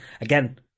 again